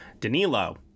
Danilo